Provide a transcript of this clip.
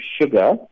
sugar